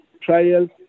trials